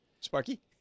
Sparky